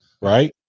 right